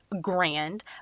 grand